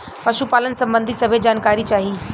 पशुपालन सबंधी सभे जानकारी चाही?